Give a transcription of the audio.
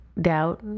doubt